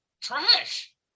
trash